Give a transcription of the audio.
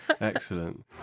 Excellent